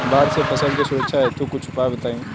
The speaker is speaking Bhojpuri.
बाढ़ से फसल के सुरक्षा हेतु कुछ उपाय बताई?